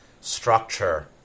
structure